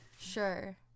Sure